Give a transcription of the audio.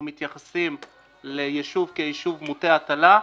מתייחסים ליישוב כיישוב מוטה הטלה,